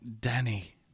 Danny